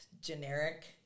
generic